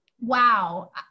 wow